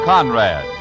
Conrad